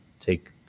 take